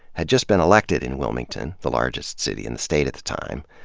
had just been elected in wilmington, the largest city in the state at the time.